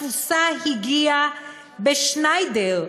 התפוסה הגיעה בשניידר,